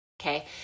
Okay